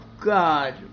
God